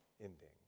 ending